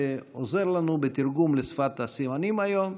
שעוזר לנו בתרגום לשפת הסימנים היום,